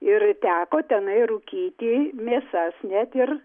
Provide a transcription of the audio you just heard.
ir teko tenai rūkyti mėsas net ir